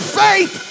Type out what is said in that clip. faith